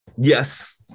Yes